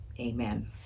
amen